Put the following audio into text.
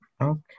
Okay